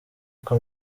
uko